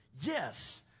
Yes